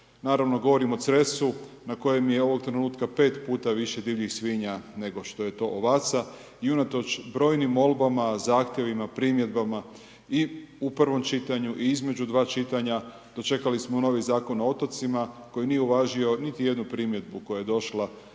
naravno govorim o Cresu na kojem je ovog trenutka 5 više divljih svinja nego je to ovaca i unatoč brojnim molbama, zahtjevima primjedbama i u prvom čitanju i između dva čitanja, dočekali smo novi Zakon o otocima koji nije uvažio niti jednu primjedbu koja je došla sa